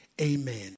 amen